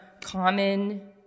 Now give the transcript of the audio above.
common